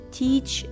teach